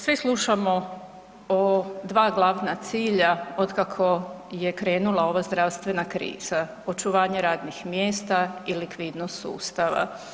Svi slušamo o dva glavna cilja otkako je krenula ova zdravstva kriza, očuvanje radnih mjesta i likvidnost sustava.